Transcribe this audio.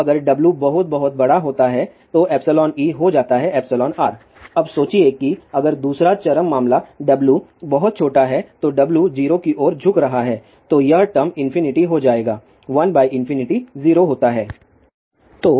तो अगर W बहुत बहुत बड़ा होता है तो εe हो जाता हैं εr अब सोचिए कि अगर दूसरा चरम मामला W बहुत छोटा है यदि W 0 की ओर झुक रहा है तो यह टर्म इंफिनिटी हो जाएगा 1 बाय इंफिनिटी 0 होता है